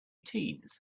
teens